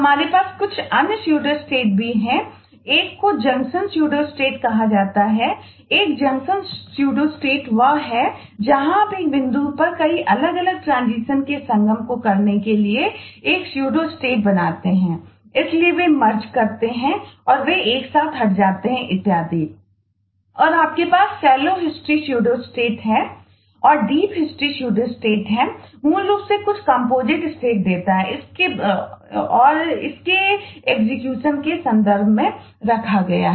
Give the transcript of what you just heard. हमारे पास कुछ अन्य स्यूडोस्टेट के संदर्भ में रखा गया है